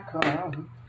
come